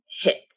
hit